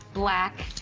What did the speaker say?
black,